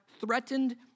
threatened